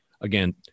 again